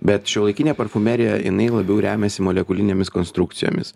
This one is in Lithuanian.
bet šiuolaikinė parfumerija jinai labiau remiasi molekulinėmis konstrukcijomis